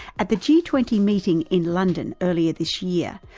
at the g twenty meeting in london earlier this year,